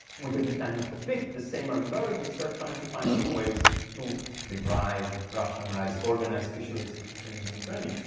with the decline of the fleet, the same marine biologists are trying to find new ways to revive, rationalize, organize fisheries in the mediterranean.